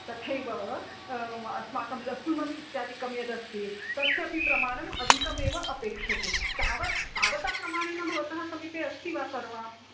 तथैव अस्माकं लशुनम् इत्यादिकं यदस्ति तस्यापि प्रमाणम् अधिकमेव अपेक्ष्यते तावत् तावता प्रमाणेन भवतः समीपे अस्ति वा सर्वम्